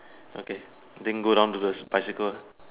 okay thing go down to this bicycle ah